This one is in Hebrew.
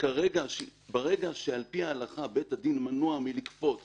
ברגע שעל פי ההלכה בית הדין מנוע מלכפות